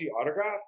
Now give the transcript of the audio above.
autograph